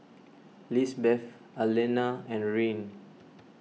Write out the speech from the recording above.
Lisbeth Allena and Ryne